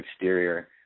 exterior